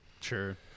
Sure